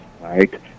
right